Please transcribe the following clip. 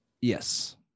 Yes